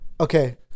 Okay